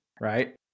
right